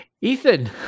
Ethan